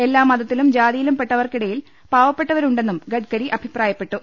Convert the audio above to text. എല്ലാമതത്തിലും ജാതിയിലുംപെട്ടവർക്കിടയിൽ പാവപ്പെട്ടവരുണ്ടെന്നും ഗഡ്കരി അഭിപ്രായപ്പെട്ടു